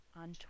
on